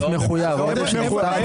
עודף מחויב.